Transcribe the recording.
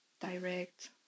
direct